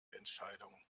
entscheidung